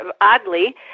oddly